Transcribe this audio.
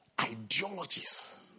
ideologies